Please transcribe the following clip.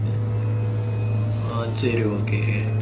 ஆ ஆ சரி ஓகே